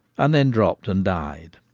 and then drooped and died.